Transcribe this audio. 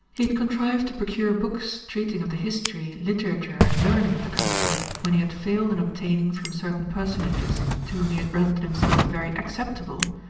he had contrived to procure books treating of the history, literature, and learning of the country, when he had failed in obtaining from certain personages to whom he had rendered himself very acceptable,